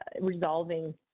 resolving